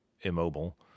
immobile